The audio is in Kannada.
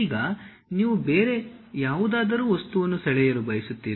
ಈಗ ನೀವು ಬೇರೆ ಯಾವುದಾದರೂ ವಸ್ತುವನ್ನು ಸೆಳೆಯಲು ಬಯಸುತ್ತೀರಿ